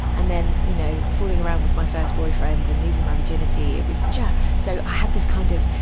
and then, you know, fooling around with my first boyfriend and losing my virginity it was just so, i had this kind of,